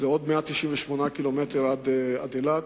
זה עוד 198 ק"מ עד אילת,